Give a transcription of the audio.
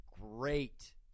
Great